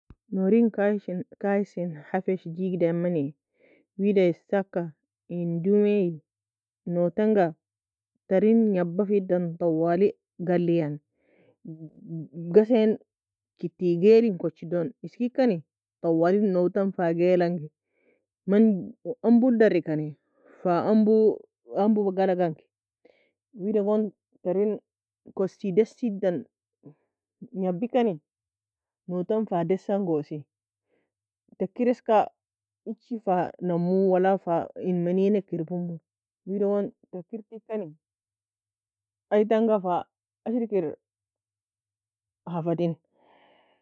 Nour en kaye sin hafesh deagid amani, wida esaka in Daemie noe tanga taren ngbah fedan tawali gallei yani, ghassei kity gaile edan eskekani tawali noe tan fa gailan gai. Man ambou la dari kani fa ambo ambo galag angie, wida goon tern kossie desie dan ngbahi kani noe tan fa dessie yan gossie. Taker eska echry fa namou wala fa en menink erbaire mou wida go teker teage kani eyi tanga fa ashrikir hafadei